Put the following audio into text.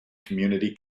community